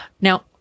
now